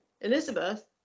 Elizabeth